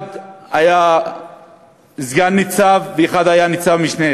אחד היה סגן-ניצב ואחד היה ניצב-משנה,